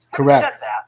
Correct